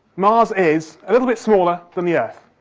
mars is a little bit smaller than the earth.